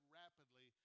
rapidly